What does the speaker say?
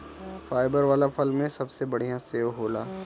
fibre वाला फल में सबसे बढ़िया सेव होला